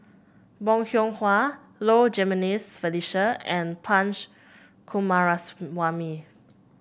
Bong Hiong Hwa Low Jimenez Felicia and Punch Coomaraswamy